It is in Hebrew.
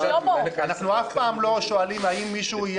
אנחנו אף פעם לא שואלים אם מישהו יהיה